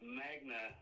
magna